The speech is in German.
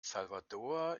salvador